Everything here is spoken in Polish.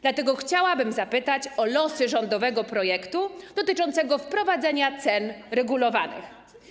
Dlatego chciałabym zapytać o losy rządowego projektu dotyczącego wprowadzenia cen regulowanych.